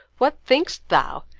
what think'st thou?